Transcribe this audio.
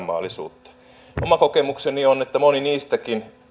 aitoa isänmaallisuutta oma kokemukseni on että monet niistäkin